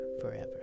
forever